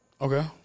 Okay